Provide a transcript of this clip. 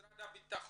לגבי משרד הביטחון